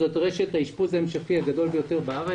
זאת רשת האשפוז ההמשכי הגדולה ביותר בארץ.